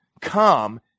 Come